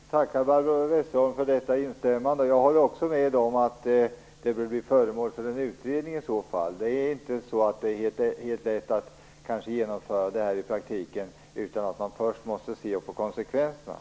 Herr talman! Jag tackar Barbro Westerholm för detta instämmande. Jag håller med om att det i så fall bör bli föremål för utredning. Det är inte helt lätt att genomföra det här i praktiken, utan först måste man se på konsekvenserna.